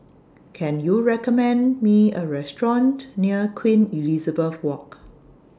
Can YOU recommend Me A Restaurant near Queen Elizabeth Walk